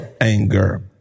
anger